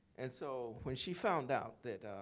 and so when she found out that